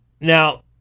Now